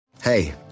Hey